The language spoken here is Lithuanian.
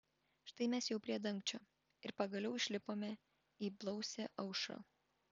štai mes jau prie dangčio ir pagaliau išlipome į blausią aušrą